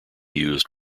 used